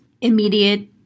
immediate